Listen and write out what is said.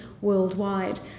worldwide